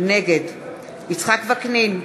נגד יצחק וקנין,